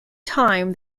time